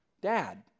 dad